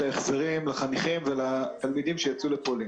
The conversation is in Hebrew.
ההחזרים לחניכים ולתלמידים שלא יצאו לפולין.